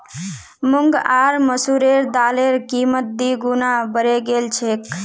मूंग आर मसूरेर दालेर कीमत दी गुना बढ़े गेल छेक